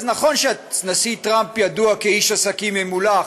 אז נכון שהנשיא טראמפ ידוע כאיש עסקים ממולח,